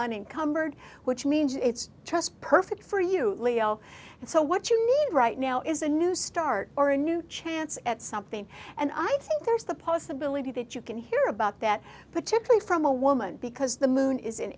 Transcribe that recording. bird which means it's just perfect for you leo and so what you need right now is a new start or a new chance at something and i think there's the possibility that you can hear about that particularly from a woman because the moon is in